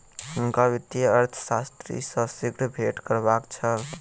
हुनका वित्तीय अर्थशास्त्री सॅ शीघ्र भेंट करबाक छल